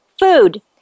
Food